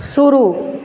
शुरू